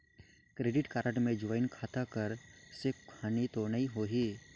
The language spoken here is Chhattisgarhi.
क्रेडिट कारड मे ज्वाइंट खाता कर से कुछ हानि तो नइ होही?